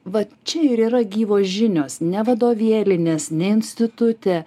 va čia ir yra gyvos žinios ne vadovėlinės ne institute